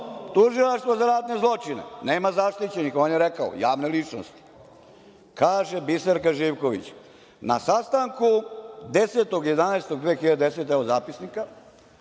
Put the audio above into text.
Tužilaštvo za ratne zločine, nema zaštićenih. On je rekao javne ličnosti. Kaže Biserka Živković – na sastanku 10.11.2010. godine,